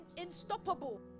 unstoppable